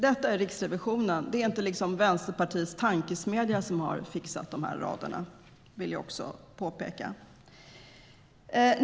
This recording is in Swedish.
Detta är Riksrevisionen. Det är inte Vänsterpartiets tankesmedja som har fixat de raderna. Det vill jag också påpeka.